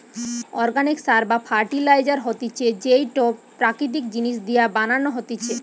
organic সার বা fertiliser হতিছে যেইটো প্রাকৃতিক জিনিস দিয়া বানানো হতিছে